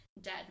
dead